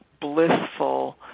blissful